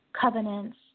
covenants